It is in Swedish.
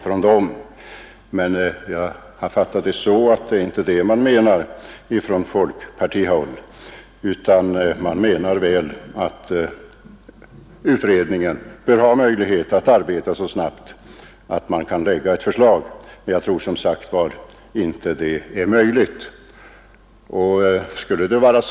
Men jag har fattat det så att det inte är detta man menar från folkpartihåll, utan att utredningen bör ha möjlighet att arbeta så snabbt att den kan framlägga ett förslag till 1973 års riksdag. Jag tror dock, som sagt, att detta inte är genomförbart.